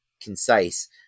concise